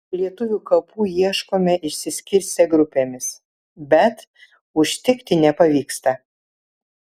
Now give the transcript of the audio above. lietuvių kapų ieškome išsiskirstę grupėmis bet užtikti nepavyksta